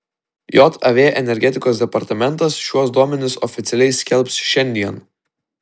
jav energetikos departamentas šiuos duomenis oficialiai skelbs šiandien